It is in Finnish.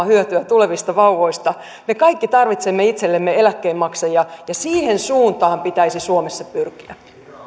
hyötyä tulevista vauvoista me kaikki tarvitsemme itsellemme eläkkeenmaksajia ja siihen suuntaan pitäisi suomessa pyrkiä